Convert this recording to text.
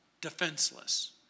defenseless